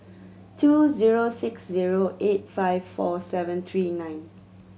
two zero six zero eight five four seven three nine